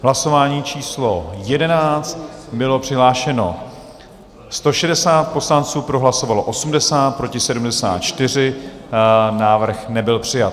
Hlasování číslo 11, bylo přihlášeno 160 poslanců, pro hlasovalo 80, proti 74, návrh nebyl přijat.